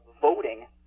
voting